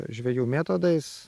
žvejų metodais